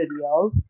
videos